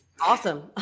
Awesome